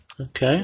Okay